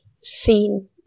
seen